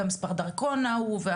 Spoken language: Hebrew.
ומספר הדרכות ההוא.